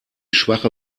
schwache